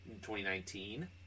2019